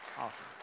Awesome